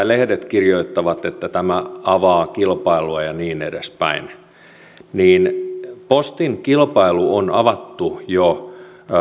lehdet kirjoittavat että tämä avaa kilpailua ja niin edespäin niin postin kilpailu on avattu jo